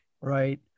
right